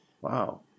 Wow